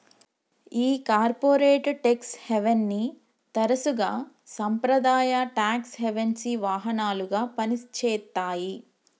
ఈ corporate tax హేవెన్ని తరసుగా సాంప్రదాయ టాక్స్ హెవెన్సి వాహనాలుగా పని చేత్తాయి